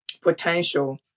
potential